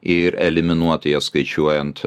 ir eliminuoti jas skaičiuojant